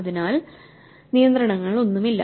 അതിനാൽ നിയന്ത്രണങ്ങളൊന്നുമില്ല